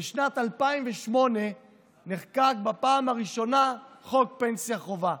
בשנת 2008 נחקק בפעם הראשונה חוק פנסיה חובה.